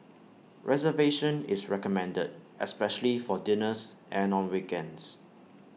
reservation is recommended especially for dinners and on weekends